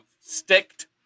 sticked